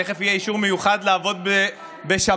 תכף יהיה אישור מיוחד לעבוד בשבת.